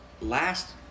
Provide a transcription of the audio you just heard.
last